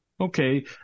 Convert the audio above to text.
Okay